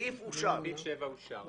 סעיף 7 אושר.